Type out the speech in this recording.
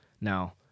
Now